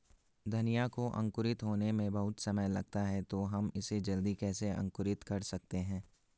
धनिया को अंकुरित होने में बहुत समय लगता है तो हम इसे जल्दी कैसे अंकुरित कर सकते हैं?